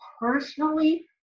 personally